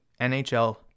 NHL